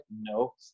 No